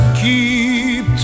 keep